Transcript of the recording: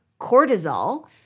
cortisol